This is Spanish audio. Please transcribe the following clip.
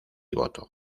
voto